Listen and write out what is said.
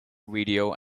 video